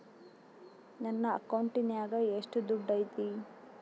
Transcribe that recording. ನನ್ನ ಅಕೌಂಟಿನಾಗ ಎಷ್ಟು ದುಡ್ಡು ಐತಿ?